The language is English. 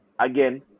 again